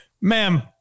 Ma'am